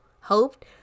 hoped